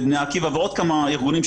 "בני עקיבא" ועוד כמה ארגונים.